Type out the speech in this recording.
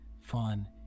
fun